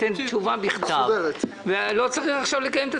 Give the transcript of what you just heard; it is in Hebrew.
רן שלף,